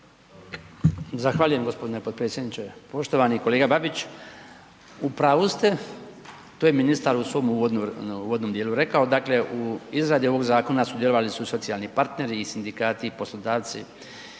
Zahvaljujem g. potpredsjedniče. Poštovani kolega Babić, u pravu ste, to je ministar u svom uvodnom dijelu rekao. Dakle, u izradi ovog zakona sudjelovali su socijalni partneri i sindikati i poslodavci